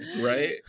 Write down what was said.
right